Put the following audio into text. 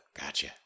Gotcha